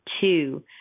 two